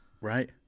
Right